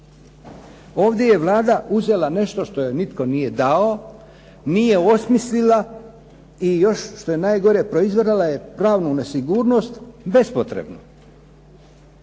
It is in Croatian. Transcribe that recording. Ovdje je Vlada uzela nešto što joj nitko nije dao, nije osmislila i što je još gore proizvela je pravnu nesigurnost bespotrebno.